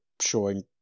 showing